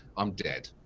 i'm dead.